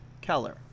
Keller